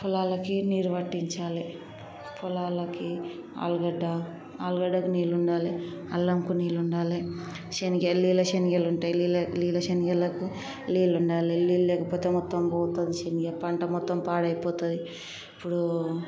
పొలాలకి నీరు పట్టించాలి పొలాలకి ఆలుగడ్డ ఆలుగడ్డకి నీళ్ళు ఉండాలి అల్లంకు నీళ్ళు ఉండాలి శెనిగాయలు నీళ్ళ శెనిగాయలు ఉంటాయి నీళ్ళ శెనిగాయలకు నీళ్ళు ఉండాలి నీళ్ళు లేకపోతే మొత్తం పోతుంది శెనిగాయ పంట మొత్తం పాడయిపోతుంది ఇప్పుడు